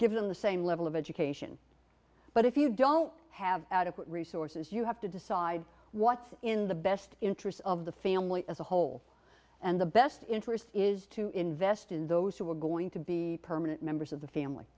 give them the same level of education but if you don't have adequate resources you have to decide what's in the best interest of the family as a whole and the best interest is to invest in those who are going to be permanent members of the family